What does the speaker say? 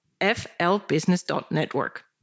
flbusiness.network